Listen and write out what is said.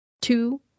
two